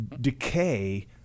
decay